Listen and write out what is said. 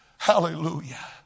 Hallelujah